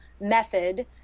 method